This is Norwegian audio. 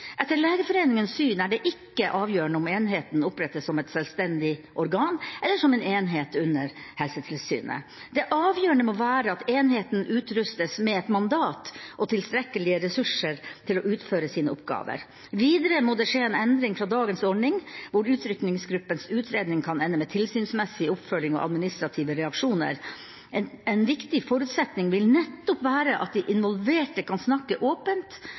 Etter Legeforeningens syn er det ikke avgjørende om enheten opprettes som et selvstendig organ, eller som en enhet under Helsetilsynet. Det avgjørende må være at enheten utrustes med et mandat og tilstrekkelige ressurser til å utføre sine oppgaver. Videre må det skje en endring fra dagens ordning hvor utrykningsgruppens utredning kan ende med tilsynsmessig oppfølgning og administrative reaksjoner. En viktig forutsetning vil nettopp være at de involverte kan snakke åpent,